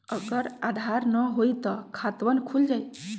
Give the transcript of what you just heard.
अगर आधार न होई त खातवन खुल जाई?